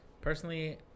personally